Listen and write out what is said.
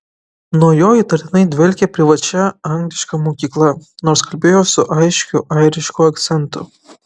nuo jo įtartinai dvelkė privačia angliška mokykla nors kalbėjo su aiškiu airišku akcentu